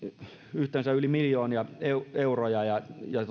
yhteensä yli miljardi euroa ja ja